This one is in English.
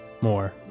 more